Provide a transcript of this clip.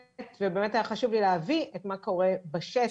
ובאמת היה חשוב לי להביא את מה שקורה בשטח,